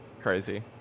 crazy